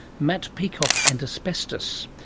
matt peacock and asbestos.